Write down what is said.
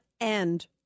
end